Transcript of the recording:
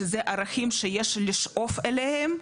שזה ערכים שיש לשאוף אליהם,